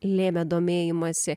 lėmė domėjimąsi